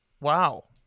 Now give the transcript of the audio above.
Wow